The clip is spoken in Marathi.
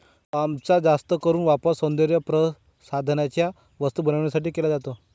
पामचा जास्त करून वापर सौंदर्यप्रसाधनांच्या वस्तू बनवण्यासाठी केला जातो